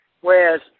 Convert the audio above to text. Whereas